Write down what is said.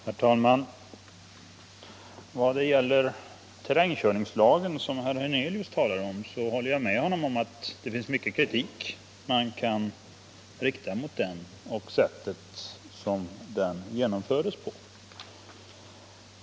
Herr talman! Vad gäller terrängkörningslagen, som herr Hernelius talade om, håller jag med om att mycken kritik kan riktas mot den och mot det sätt på vilket den genomfördes.